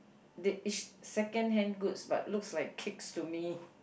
They is second hand goods but looks like cakes to me